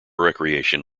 recreation